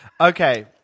Okay